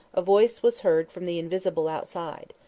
a voice was heard from the invisible outside.